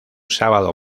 sábado